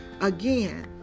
Again